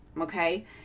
okay